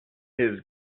his